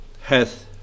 hath